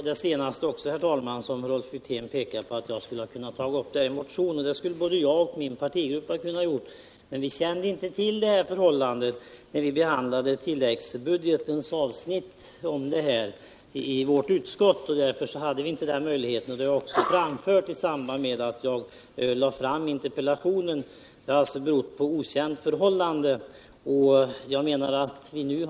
Herr talman! Jag vill slutligen fästa kammarens uppmärksamhet på att det naturligtvis hade varit möjligt för Sune Johansson aut själv ta upp denna fråga i cn motion. Om han bedömer det som så angeläget, varför har han då inte själv fört fram det här förslaget? Så har alltså inte skett, och det säger en hel del i frågan. Herr talman! Visst skulle både jag och min purtigrupp ha kunnat ta upp denna fråga i en motion. Men vi kände inte ull detta förhållande när vi i utskottet behandlade tilläggsbudgetens avsnitt om detta. Därför hade vi inte den möjligheten, vilket jag också har framfört i samband med att jag ställde min interpellation.